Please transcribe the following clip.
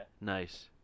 Nice